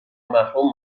محروم